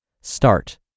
Start